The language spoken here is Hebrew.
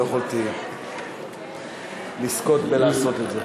לא יכולתי לזכות בלעשות את זה.